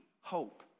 hope